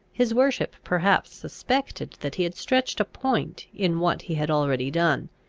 his worship perhaps suspected that he had stretched a point in what he had already done,